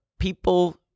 People